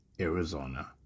Arizona